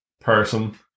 person